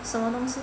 什么东西